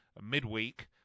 midweek